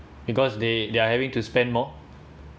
because they they’re having to spend more